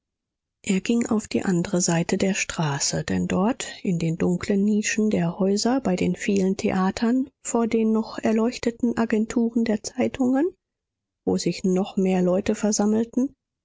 er ging auf die andere seite der straße denn dort in den dunkeln nischen der häuser bei den vielen theatern vor den noch erleuchteten agenturen der zeitungen wo sich noch mehr leute versammelten